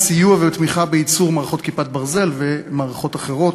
בסיוע ובתמיכה בייצור מערכות "כיפת ברזל" ומערכות אחרות.